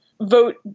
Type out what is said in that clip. vote